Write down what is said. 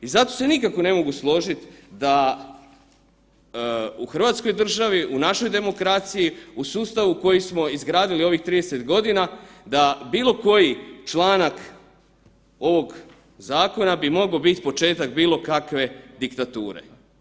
I zato se nikako ne mogu složit da u Hrvatskoj državi u našoj demokraciji u sustavu koji smo izgradili u ovih 30 godina da bilo koji članak ovog zakona bi mogao biti početak bilo kakve diktature.